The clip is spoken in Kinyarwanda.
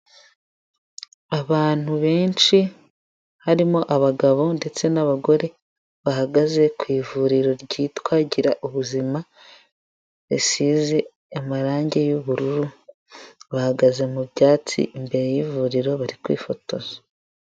Abantu benshi harimo abagabo ndetse n'abagore bahagaze ku ivuriro ryitwa gira ubuzima risize amarangi y'ubururu bahagaze mu byatsi imbere y'ivuriro bari kwifotoza.